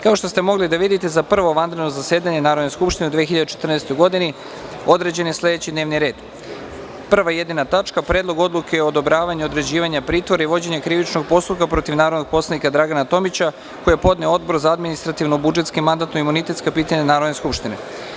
Kao što ste mogli da vidite da Prvo vanredno zasedanje Narodne skupštine u 2014. godini, određen je sledeći: D n e v n ir e d 1.Predlog odluke o odobravanju određivanju pritvora i vođenju krivičnog postupka protiv narodnog poslanika Dragana Tomića, koji je podneo Odbor za mandatno-budžetska i mandatno- imunitetska pitanja Narodne skupštine.